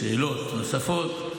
שאלות נוספות,